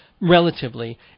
relatively